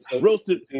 roasted